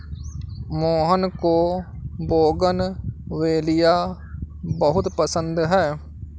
मोहन को बोगनवेलिया बहुत पसंद है